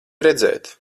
redzēt